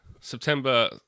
September